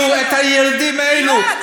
הרופאים שעזבו את הדסה הפקירו את הילדים האלה.